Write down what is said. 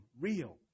real